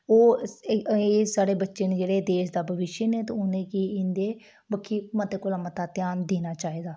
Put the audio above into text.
ओह् एह् साढ़े बच्चे न जेह्ड़े देश दा भविक्ख न ते उ'नें गी इं'दे बक्खी मता कोला मता ध्यान देना चाह्दा